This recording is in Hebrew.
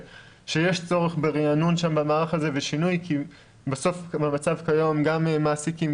שיש צורך ברענון של המערך הזה ושינוי כי בסוף במצב כיום גם המעסיקים,